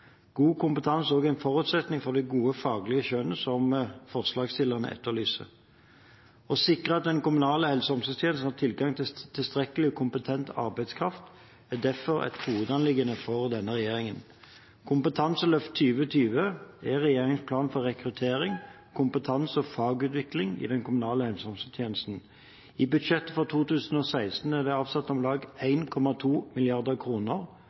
God kompetanse er også en forutsetning for det gode, faglige skjønnet som forslagsstillerne etterlyser. Å sikre at den kommunale helse- og omsorgstjenesten har tilgang til tilstrekkelig og kompetent arbeidskraft, er derfor et hovedanliggende for denne regjeringen. Kompetanseløft 2020 er regjeringens plan for rekruttering, kompetanse og fagutvikling i den kommunale helse- og omsorgstjenesten. I budsjettet for 2016 er det avsatt om lag